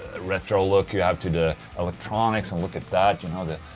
retro look you have to the electronics and look at that, you know the.